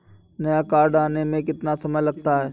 नया कार्ड आने में कितना समय लगता है?